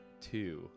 two